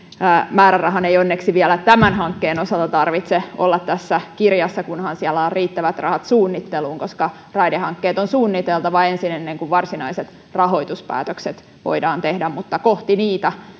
määrärahan ei onneksi vielä tämän hankkeen osalta tarvitse olla tässä kirjassa kunhan siellä on riittävät rahat suunnitteluun koska raidehankkeet on suunniteltava ensin ennen kuin varsinaiset rahoituspäätökset voidaan tehdä mutta kohti niitä